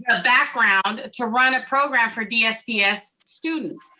ah background to run a program for dsps students.